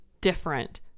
different